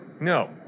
No